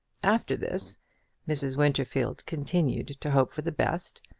after this mrs. winterfield continued to hope for the best,